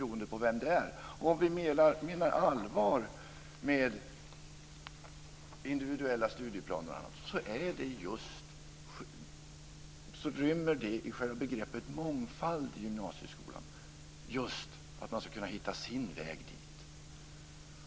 Om vi menar allvar med individuella studieplaner måste det i begreppet mångfald i gymnasieskolan rymmas just att man ska kunna hitta sin väg dit.